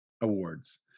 awards